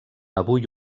avui